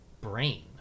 brain